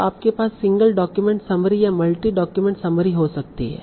तब आपके पास सिंगल डॉक्यूमेंट समरी या मल्टी डॉक्यूमेंट समरी हो सकती है